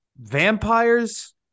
Vampires